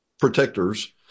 protectors